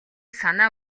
санаа